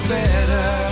better